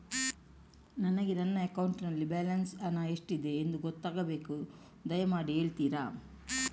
ನನಗೆ ನನ್ನ ಅಕೌಂಟಲ್ಲಿ ಬ್ಯಾಲೆನ್ಸ್ ಹಣ ಎಷ್ಟಿದೆ ಎಂದು ಗೊತ್ತಾಗಬೇಕು, ದಯಮಾಡಿ ಹೇಳ್ತಿರಾ?